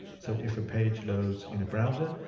so if a page loads in a browser,